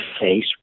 face